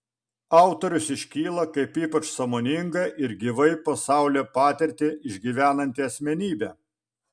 autorius iškyla kaip ypač sąmoninga ir gyvai pasaulio patirtį išgyvenanti asmenybė